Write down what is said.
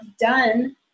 done